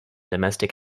domestic